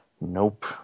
Nope